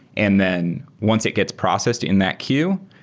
and then once it gets processed in that queue,